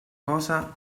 cosa